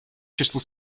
числу